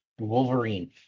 Wolverine